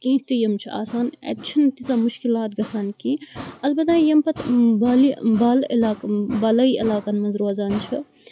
کیٚنٛہہ تہِ یِم چھِ آسان اَتہِ چھنہٕ تیژَہ مُشکِلات گَژھان کیٚنٛہہ اَلبَتہ یم پَتہٕ بالہِ بالہٕ عَلاقہٕ بالٲیی عَلاقَن منٛز روزان چھ